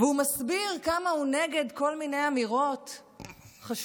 והוא מסביר כמה הוא נגד כל מיני אמירות חשוכות,